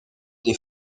des